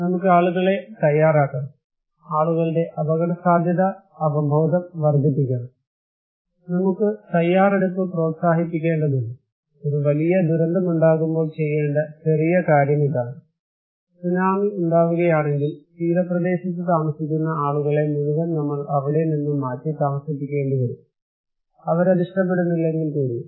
നമുക്ക് ആളുകളെ തയ്യാറാക്കണം ആളുകളുടെ അപകടസാധ്യത അവബോധം വർദ്ധിപ്പിക്കണം നമുക്ക് തയ്യാറെടുപ്പ് പ്രോത്സാഹിപ്പിക്കേണ്ടതുണ്ട് ഒരു വലിയ ദുരന്തമുണ്ടാകുമ്പോൾ ചെയ്യേണ്ട ചെറിയ കാര്യം ഇതാണ് സുനാമി ഉണ്ടാവുകയാണെങ്കിൽ തീരപ്രദേശത്ത് താമസിക്കുന്ന ആളുകളെ മുഴുവൻ നമ്മൾ അവിടെ നിന്നും മാറ്റി താമസിപ്പിക്കേണ്ടി വരും അവരതിഷ്ട്ടപ്പെടുന്നില്ലെങ്കിൽ കൂടിയും